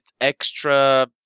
extra